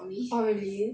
oh really